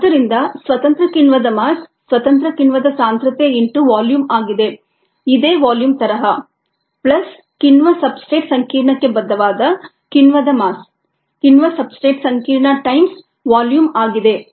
ಆದ್ದರಿಂದ ಸ್ವತಂತ್ರ ಕಿಣ್ವದ ಮಾಸ್ ಸ್ವತಂತ್ರ ಕಿಣ್ವದ ಸಾಂದ್ರತೆ ಇಂಟು ವಾಲ್ಯೂಮ್ ಆಗಿದೆ ಇದೇ ವಾಲ್ಯೂಮ್ ತರಹ ಪ್ಲಸ್ ಕಿಣ್ವ ಸಬ್ಸ್ಟ್ರೇಟ್ ಸಂಕೀರ್ಣಕ್ಕೆ ಬದ್ಧವಾದ ಕಿಣ್ವದ ಮಾಸ್ ಕಿಣ್ವ ಸಬ್ಸ್ಟ್ರೇಟ್ ಸಂಕೀರ್ಣ times ವಾಲ್ಯೂಮ್ ಆಗಿದೆ